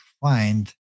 find